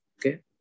Okay